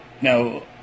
Now